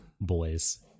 boys